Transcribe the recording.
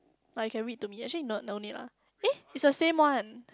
but you can read to me actually not no need lah eh is the same one